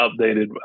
updated